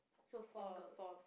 so four girls